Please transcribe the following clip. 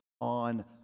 on